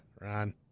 Ron